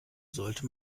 sollte